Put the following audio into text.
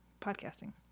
podcasting